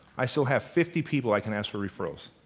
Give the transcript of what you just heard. i still have fifty people i can ask for referrals.